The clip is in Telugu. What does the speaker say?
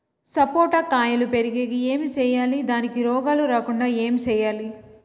సపోట కాయలు పెరిగేకి ఏమి సేయాలి దానికి రోగాలు రాకుండా ఏమి సేయాలి?